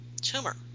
tumor